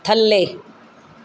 ਥੱਲੇ